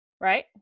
Right